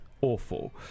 awful